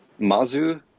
Mazu